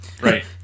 right